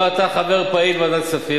הלוא אתה חבר פעיל בוועדת כספים,